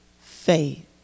faith